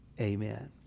amen